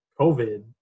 covid